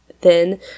then